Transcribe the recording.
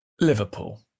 Liverpool